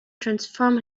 transform